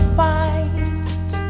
fight